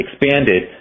expanded